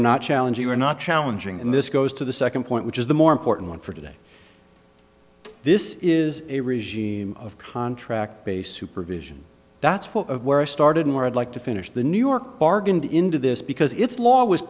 are not challenging or not challenging and this goes to the second point which is the more important for today this is a regime of contract based supervision that's where it started and where i'd like to finish the new york bargained into this because it's law was